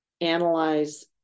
analyze